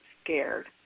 scared